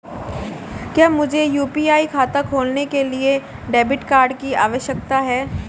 क्या मुझे यू.पी.आई खाता खोलने के लिए डेबिट कार्ड की आवश्यकता है?